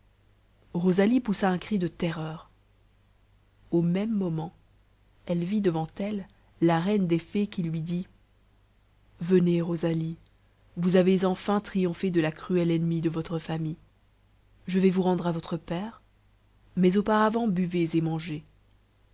rosalie poussa un cri de terreur au même moment elle vit devant elle la reine des fées qui lui dit venez rosalie vous avez enfin triomphé de la cruelle ennemie de votre famille je vais vous rendre à votre père mais auparavant buvez et mangez